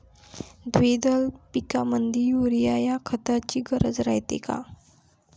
द्विदल पिकामंदी युरीया या खताची गरज रायते का?